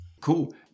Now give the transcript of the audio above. Cool